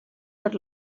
per